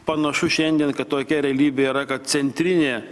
panašu šiandien kad tokia realybė yra kad centrinė